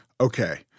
Okay